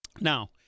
Now